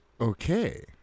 Okay